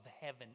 heaven